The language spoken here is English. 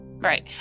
Right